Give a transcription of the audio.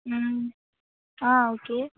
ம் ஆ ஓகே